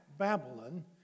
Babylon